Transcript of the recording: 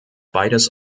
beides